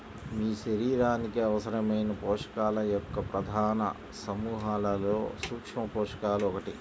మీ శరీరానికి అవసరమైన పోషకాల యొక్క ప్రధాన సమూహాలలో సూక్ష్మపోషకాలు ఒకటి